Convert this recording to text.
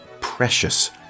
precious